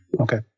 Okay